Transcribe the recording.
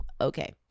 Okay